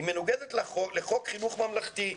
היא מנוגדת לחוק חינוך ממלכתי.